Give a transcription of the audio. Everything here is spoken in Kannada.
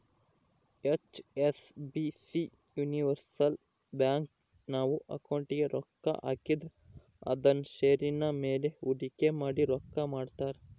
ಹೆಚ್.ಎಸ್.ಬಿ.ಸಿ ಯೂನಿವರ್ಸಲ್ ಬ್ಯಾಂಕು, ನಾವು ಅಕೌಂಟಿಗೆ ರೊಕ್ಕ ಹಾಕಿದ್ರ ಅದುನ್ನ ಷೇರಿನ ಮೇಲೆ ಹೂಡಿಕೆ ಮಾಡಿ ರೊಕ್ಕ ಮಾಡ್ತಾರ